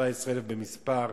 כ-17,000 במספר.